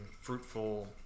fruitful